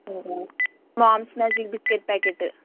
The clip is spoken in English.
moms magic biscuit packet